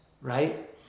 right